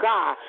God